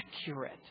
accurate